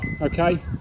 okay